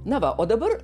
na o dabar